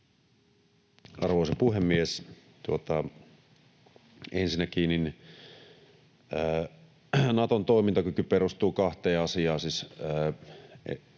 Arvoisa puhemies! Ensinnäkin Naton toimintakyky perustuu kahteen asiaan,